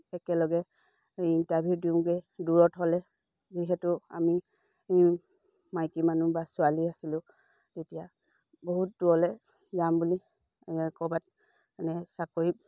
একেলগে ইণ্টাৰভিউ দিওঁগৈ দূৰত হ'লে যিহেতু আমি মাইকী মানুহ বা ছোৱালী আছিলোঁ তেতিয়া বহুত দূৰলৈ যাম বুলি ক'ৰবাত মানে চাকৰি